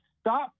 stop